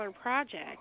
project